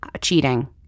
cheating